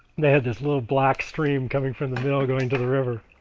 they had this little black stream coming from the mill going to the river.